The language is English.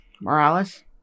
Morales